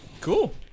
Cool